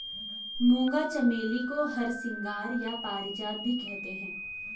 मूंगा चमेली को हरसिंगार या पारिजात भी कहते हैं